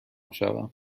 شوم